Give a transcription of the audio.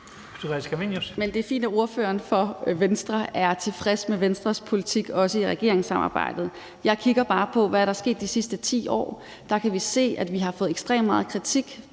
Det er fint, at ordføreren for Venstre er tilfreds med Venstres politik, også i regeringssamarbejdet. Jeg kigger bare på, hvad der er sket de sidste 10 år. Der kan vi se, at vi har fået ekstremt meget kritik,